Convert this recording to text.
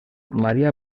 maria